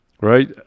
right